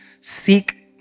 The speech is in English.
seek